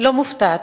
לא מופתעת,